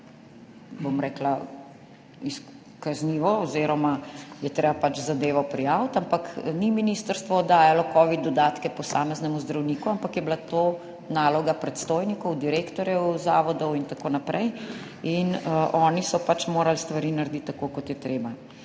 bom rekla, kaznivo oziroma je treba zadevo prijaviti. Ni ministrstvo dajalo covid dodatkov posameznemu zdravniku, ampak je bila to naloga predstojnikov, direktorjev zavodov in tako naprej. Oni so pač morali stvari narediti tako, kot je treba.